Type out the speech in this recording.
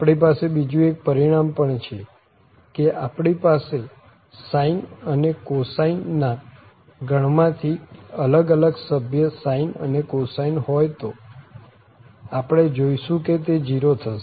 આપણી પાસે બીજુ એક પરિણામ પણ છે કે આપણી પાસે sineઅને cosine ના ગણ માં થી અલગ અલગ સભ્ય sine અને cosine હોય તો આપને જોઈશું કે તે 0 થશે